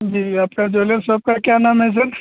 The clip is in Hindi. जी आपका ज्वेलर शॉप का क्या नाम है सर